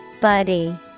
Buddy